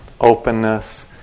openness